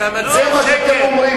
אתה מצהיר שקר.